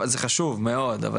אבל זה חשוב מאוד.